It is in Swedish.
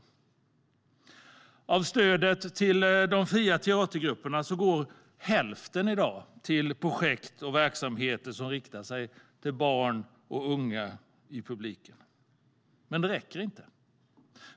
Hälften av stödet till de fria teatergrupperna går till projekt och verksamheter som riktar sig till barn och unga. Men det räcker inte.